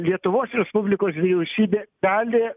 lietuvos respublikos vyriausybė gali